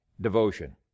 devotion